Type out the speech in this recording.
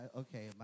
okay